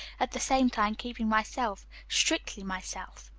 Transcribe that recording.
at the same time keeping myself, strictly myself.